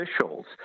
officials